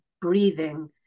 breathing